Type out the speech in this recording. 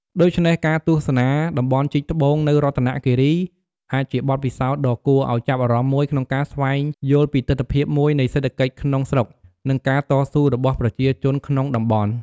ដូច្នេះ ការទស្សនាតំបន់ជីកត្បូងនៅរតនគិរីអាចជាបទពិសោធន៍ដ៏គួរឱ្យចាប់អារម្មណ៍មួយក្នុងការស្វែងយល់ពីទិដ្ឋភាពមួយនៃសេដ្ឋកិច្ចក្នុងស្រុក និងការតស៊ូរបស់ប្រជាជនក្នុងតំបន់។